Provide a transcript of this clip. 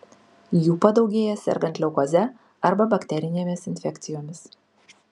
jų padaugėja sergant leukoze arba bakterinėmis infekcijomis